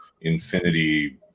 infinity